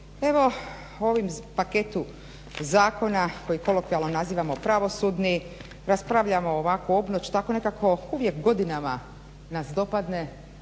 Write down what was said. Evo, ovim paketom zakona koji kolokvijalno nazivamo pravosudni, raspravljamo ovako obnoć, tako nekako uvijek godinama nas dopadne